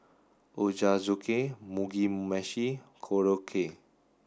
Ochazuke Mugi Meshi Korokke